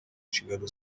nshingano